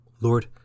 Lord